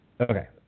Okay